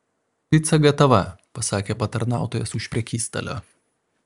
pica gatava pasakė patarnautojas už prekystalio